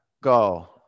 go